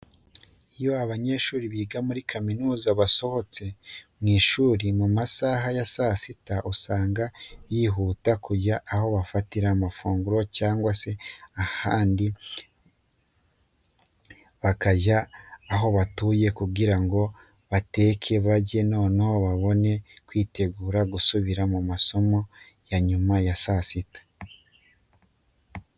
Iyo abanyeshuri biga muri kaminuza basohotse mu ishuri mu masaha ya saa sita usanga bihutira kujya aho bafatira amafunguro cyangwa se abandi bakajya aho batuye kugira ngo bateke barye noneho bongere kwitegura gusubira mu masomo ya nyuma ya saa sita.